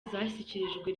zashyikirijwe